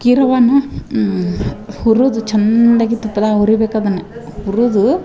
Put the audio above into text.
ಅಕ್ಕಿ ರವಾನ ಹುರುದು ಚಂದಗಿ ತುಪ್ಪದಾಗೆ ಹುರಿ ಬೇಕು ಅದನ್ನ ಹುರಿದು